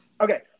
Okay